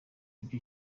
ibyo